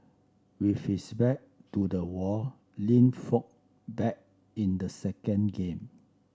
with his back to the wall Lin fought back in the second game